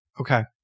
Okay